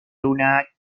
luna